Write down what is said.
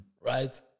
right